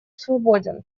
свободен